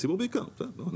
הציבור בעיקר, בסדר.